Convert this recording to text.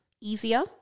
easier